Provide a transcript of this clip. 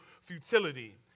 futility